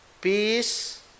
peace